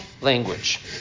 language